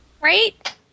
Right